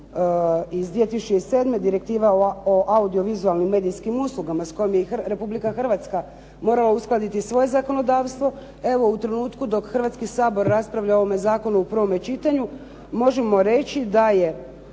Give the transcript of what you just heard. iz 2007. Direktiva o audiovizualnim medijskim uslugama s kojom je i Republika Hrvatska morala uskladiti svoje zakonodavstvo evo u trenutku dok Hrvatski sabor raspravlja o ovome zakonu u prvome čitanju možemo reći da je